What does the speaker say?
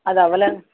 అది అవ్వలే